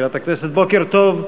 בוקר טוב.